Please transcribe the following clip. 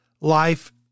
life